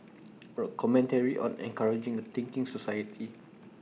A commentary on encouraging A thinking society